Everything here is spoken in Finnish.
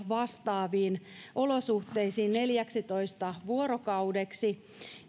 vastaaviin olosuhteisiin neljäksitoista vuorokaudeksi